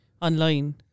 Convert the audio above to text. online